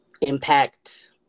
impact